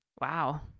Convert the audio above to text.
Wow